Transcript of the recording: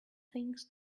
things